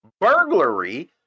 burglary